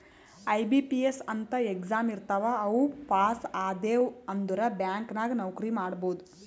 IBPS ಅಂತ್ exam ಇರ್ತಾವ್ ಅವು ಪಾಸ್ ಆದ್ಯವ್ ಅಂದುರ್ ಬ್ಯಾಂಕ್ ನಾಗ್ ನೌಕರಿ ಮಾಡ್ಬೋದ